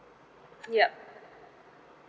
yup